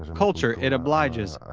culture it obliges,